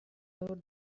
however